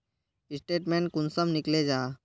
Statement कुंसम निकले जाहा?